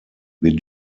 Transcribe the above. wir